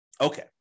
Okay